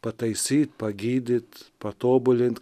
pataisyt pagydyt patobulint